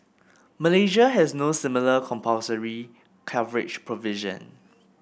Malaysia has no similar compulsory coverage provision